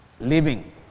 living